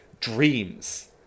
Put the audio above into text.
dreams